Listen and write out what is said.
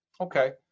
Okay